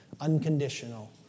unconditional